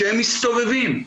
שהם מסתובבים.